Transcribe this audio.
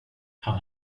han